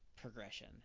progression